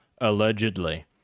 allegedly